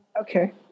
Okay